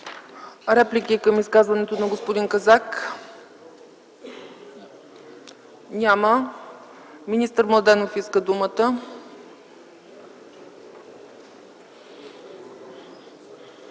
реплики към изказването на господин Казак? Няма. Министър Младенов иска думата.